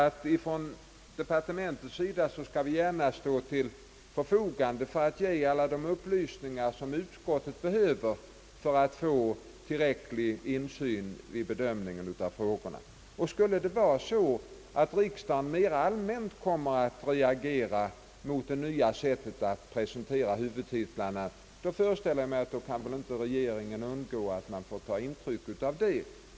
I jordbruksdepartementet står vi gärna till förfogande för att ge alla de upplysningar som utskottet behöver för att få tillräcklig insyn vid bedömningen av frågorna. Skulle riksdagen mera allmänt reagera mot det nya sättet att presentera huvudtitlarna, föreställer jag mig att regeringen inte kan undgå att ta intryck av detta.